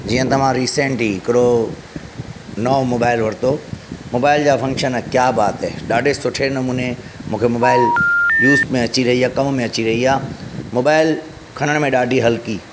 जीअं त मां रिसेंट ई हिकिड़ो नओं मोबाइल वरितो मोबाइल जा फंक्शन क्या बात है ॾाढे सुठे नमूने मूंखे मोबाइल यूज़ में अची रही आहे कम में अची रही आहे मोबाइल खणण में ॾाढी हल्की